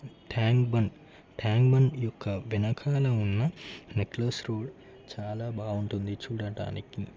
tank Bund Tank Bund యొక్క వెనకాల ఉన్న నెక్లెస్ రోడ్ చాలా బాగుంటుంది చూడటానికి